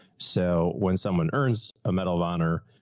so when someone earns a medal of honor,